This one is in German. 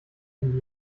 handy